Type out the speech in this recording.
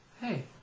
hey